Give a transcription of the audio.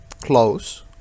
close